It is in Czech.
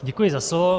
Děkuji za slovo.